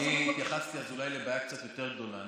אני התייחסתי אולי לבעיה קצת יותר גדולה.